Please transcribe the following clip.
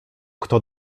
kto